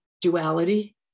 duality